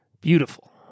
beautiful